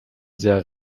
sehr